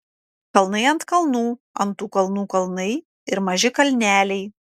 kalnai ant kalnų ant tų kalnų kalnai ir maži kalneliai